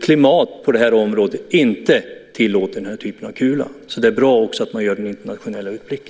klimat på det här området, inte tillåter den här typen av kula. Det är alltså bra att man gör den internationella utblicken.